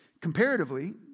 Comparatively